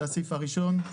זה הסעיף הראשון.